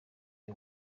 the